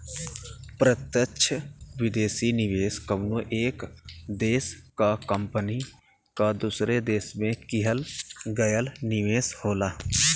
प्रत्यक्ष विदेशी निवेश कउनो एक देश क कंपनी क दूसरे देश में किहल गयल निवेश होला